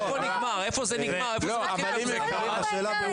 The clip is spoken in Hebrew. איפה זה נגמר, איפה זה מתחיל --- השאלה ברורה.